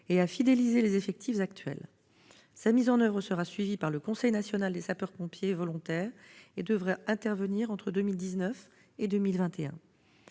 et à fidéliser les effectifs actuels. Sa mise en oeuvre sera suivie par le Conseil national des sapeurs-pompiers volontaires et devrait intervenir entre 2019 et 2021.